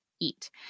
eat